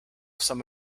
some